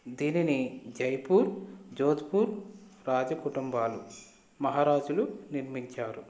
దీనిని జైపూర్ జోధ్పూర్ రాజ కుటుంబాలు మహారాజులు నిర్మించారు